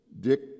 Dick